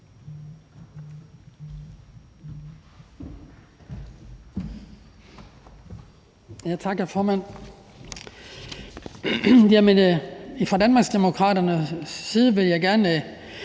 Tak, hr. formand. Fra Danmarksdemokraternes side vil jeg gerne